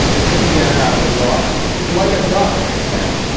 they couldn't get him out of the water. he's like a duck. they said.